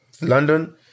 London